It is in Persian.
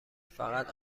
فقط